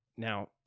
Now